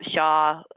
Shaw